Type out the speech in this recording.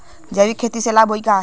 जैविक खेती से लाभ होई का?